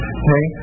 okay